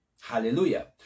Hallelujah